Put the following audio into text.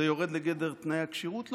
זה יורד לגדר תנאי הכשירות?